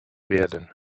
werden